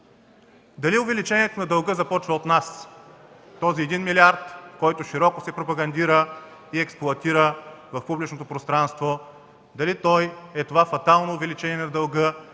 Дали увеличението на дълга започва от нас с този един милиард, който широко се пропагандира и експлоатира в публичното пространство, дали той е това фатално увеличение на дълга